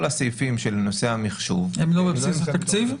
כל הסעיפים של נושא המחשוב הם לא בבסיס התקציב.